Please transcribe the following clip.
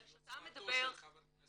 ביוזמתו של חבר הכנסת מרדכי יוגב.